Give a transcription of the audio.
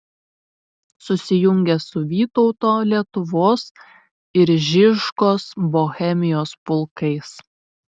susijungė su vytauto lietuvos ir žižkos bohemijos pulkais